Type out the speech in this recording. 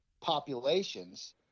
populations